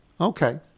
Okay